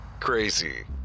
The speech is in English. Crazy